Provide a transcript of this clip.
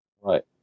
Right